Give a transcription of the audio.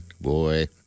Boy